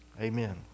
Amen